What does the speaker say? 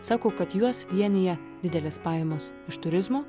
sako kad juos vienija didelės pajamos iš turizmo